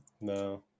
No